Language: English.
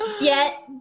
get